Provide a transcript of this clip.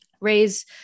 raise